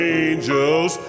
angels